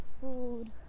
food